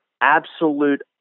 absolute